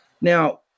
Now